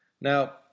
Now